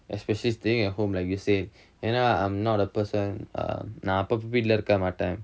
especially staying at home like you said and uh I'm not a person ah நா அப்பப்ப வீட்ல இருக்க மாட்டன்:na appappa veetla irukka mattan